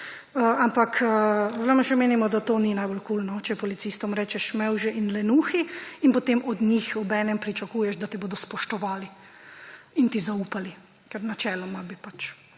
Ampak v LMŠ menimo, da to ni najbolj kul, če policistom rečeš mevže in lenuhi in potem od njih obenem pričakuješ, da te bodo spoštovali in ti zaupali. Ker načeloma bi pač